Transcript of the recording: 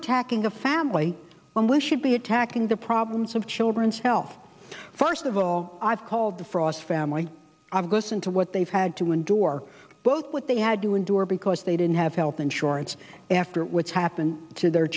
attacking the family when we should be attacking the problems of children's health first of all i've called the frost family goes into what they've had to endure both what they had to endure because they didn't have health insurance after what's happened to their